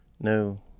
no